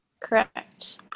Correct